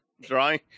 drawing